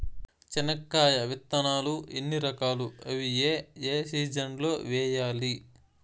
చెనక్కాయ విత్తనాలు ఎన్ని రకాలు? అవి ఏ ఏ సీజన్లలో వేయాలి?